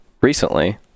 recently